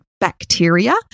bacteria